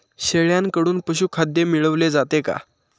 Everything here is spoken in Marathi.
शेळ्यांकडून पशुखाद्य मिळवले जाते का?